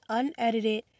unedited